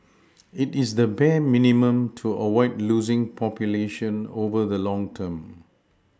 it is the bare minimum to avoid losing population over the long term